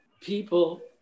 people